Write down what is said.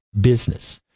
business